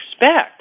expect